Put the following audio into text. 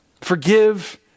Forgive